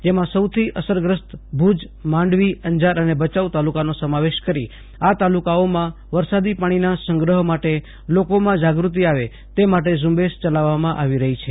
જેમાં સૌથી અસરગ્રસ્ત ભુજમાંડવીઅંજાર અને ભયાઉ તાલુકાનો સમાવેશ કરી આ તાલુકાઓમાં વરસાદી પાણીના સંગ્રહ માટે લોકોમાં જાગૃતિ આવે તે માટે ઝુંબેશ ચલાવવામાં આવી રહી છે